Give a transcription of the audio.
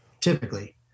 typically